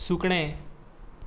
सुकणें